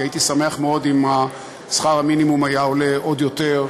כי הייתי שמח מאוד אם שכר המינימום היה עולה עוד יותר,